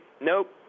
nope